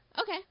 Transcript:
Okay